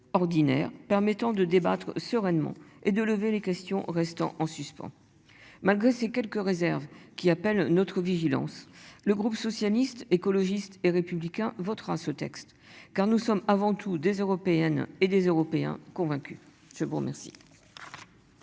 ordinaire permettant de débattre sereinement et de lever les questions restant en suspens. Malgré ces quelques réserves qui appellent notre vigilance. Le groupe socialiste, écologiste et républicain votera ce texte. Quand nous sommes avant tout des européennes et des européens convaincus. Je vous remercie.